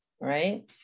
right